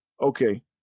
Okay